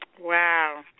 Wow